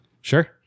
Sure